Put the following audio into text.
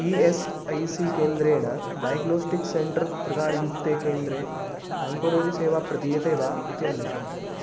E S I C केन्द्रेण diagnostics centre प्रकारयुक्ते केन्द्रे आङ्कोलोजि सेवा प्रतीयते वा इति अन्विष